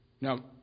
Now